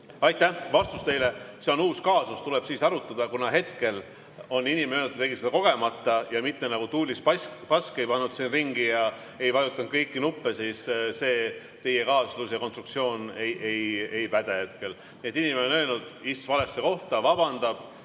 Aitäh! Vastus teile: see on uus kaasus, tuleb siis arutada. Kuna inimene on öelnud, et ta tegi seda kogemata ja mitte nagu tuulispask ei pannud siin ringi ja ei vajutanud kõiki nuppe, siis see teie kaasus ja konstruktsioon ei päde hetkel. Inimene on öelnud, et ta istus valesse kohta, ja vabandas.